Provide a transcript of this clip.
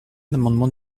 l’amendement